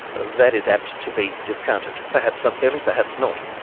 that is apt to be discounted, perhaps unfairly, perhaps not.